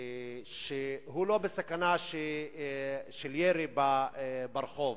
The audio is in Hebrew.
שהוא לא בסכנה של ירי ברחוב,